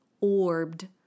orbed